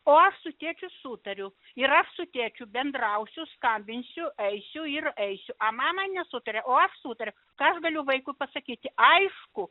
o su tėčiu sutariu ir aš su tėčiu bendrausiu skambinsiu eisiu ir eisiu a mama nesutarė o aš sutariu ką aš galiu vaikui pasakyti aišku